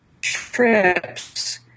trips